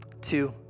two